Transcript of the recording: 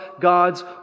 God's